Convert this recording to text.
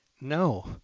No